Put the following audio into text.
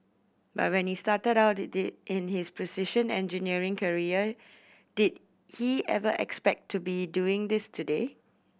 but when he started out the the in his precision engineering career did he ever expect to be doing this today